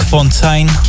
Fontaine